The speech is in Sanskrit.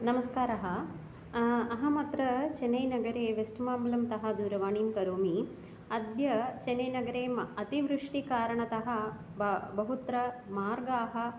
नमस्कारः अहम् अत्र चन्नैनगरे वेस्ट् माम्बलम्तः दूरवाणीं करोमि अद्य चन्नैनगरे म अतिवृष्टेः कारणतः ब बहुत्र मार्गाः